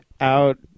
out